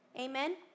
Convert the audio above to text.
Amen